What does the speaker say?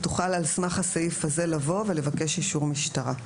תוכל על סמך הסעיף הזה לבוא ולבקש אישור משטרה.